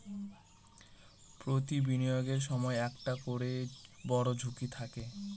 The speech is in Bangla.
প্রতি বিনিয়োগের সময় একটা করে বড়ো ঝুঁকি থাকে